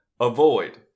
Avoid